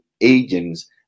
agents